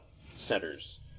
centers